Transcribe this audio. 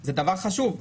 זה דבר חשוב.